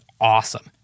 awesome